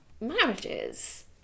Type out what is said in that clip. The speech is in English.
marriages